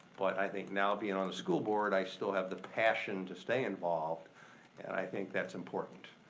but i think now being on the school board, i still have the passion to stay involved and i think that's important.